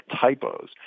typos